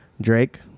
Drake